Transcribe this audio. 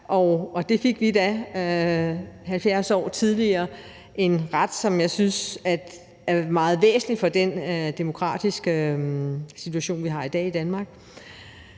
Og det fik vi da 70 år tidligere. Det er en ret, som jeg synes er meget væsentlig for den demokratiske situation, vi har i dag i Danmark.